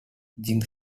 jiang